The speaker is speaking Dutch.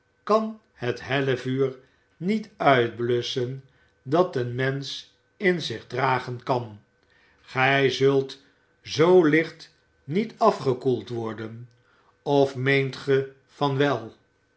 kan het hellevuur niet uitblusschen dat een mensch in zich dragen kan oij zult zoo licht niet afgekoeld worden of meent ge van wel